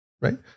Right